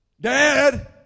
Dad